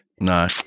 No